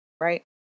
right